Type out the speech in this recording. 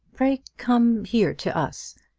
pray come here to us.